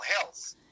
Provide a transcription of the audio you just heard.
health